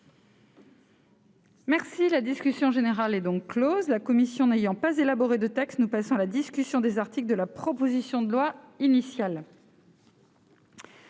La discussion générale est close. La commission n'ayant pas élaboré de texte, nous passons à la discussion de la proposition de loi initiale.